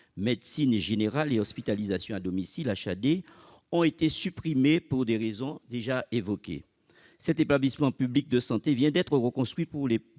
médecine générale et hospitalisation à domicile -ont été supprimées pour les raisons que j'ai évoquées. Cet établissement public de santé vient d'être reconstruit pour plus